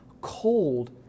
cold